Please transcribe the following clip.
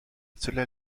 cela